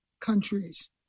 countries